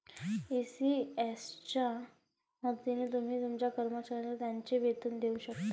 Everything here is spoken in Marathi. ई.सी.एस च्या मदतीने तुम्ही तुमच्या कर्मचाऱ्यांना त्यांचे वेतन देऊ शकता